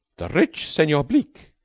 the rich senor bleke,